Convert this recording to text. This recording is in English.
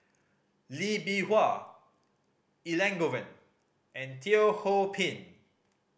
Lee Bee Wah Elangovan and Teo Ho Pin